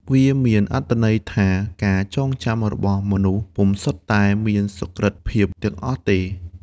វាមានអត្ថន័យថា ការចងចាំរបស់មនុស្ស ពុំសុទ្ធតែមានសុក្រឹតភាពទាំងអស់ទេ ។